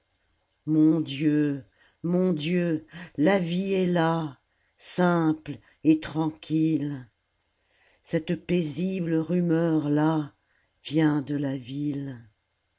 mon dieu mon dieu la vie est là simple et tranquille cette paisible rumeur-là vient de la ville